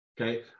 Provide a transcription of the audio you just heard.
okay